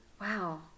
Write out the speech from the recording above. Wow